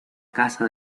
casa